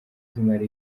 z’imari